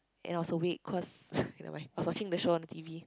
when I was awake cause you know why I was watching the show on T_V